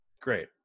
great